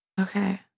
Okay